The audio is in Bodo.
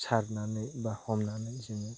सारनानै एबा हमनानै जोङो